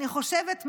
אני חושבת,